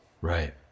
Right